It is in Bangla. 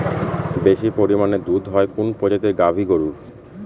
বেশি পরিমানে দুধ হয় কোন প্রজাতির গাভি গরুর?